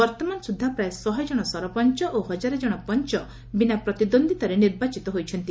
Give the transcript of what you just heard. ବର୍ତ୍ତମାନ ସୁଦ୍ଧା ପ୍ରାୟ ଶହେ ଜଣ ସରପଞ୍ଚ ଓ ହଜାରେ ଜଣ ପଞ୍ଚ ବିନା ପ୍ରତିଦ୍ୱନ୍ଦ୍ୱୀତାରେ ନିର୍ବାଚିତ ହୋଇଛନ୍ତି